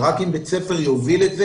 ורק אם בית הספר יוביל את זה,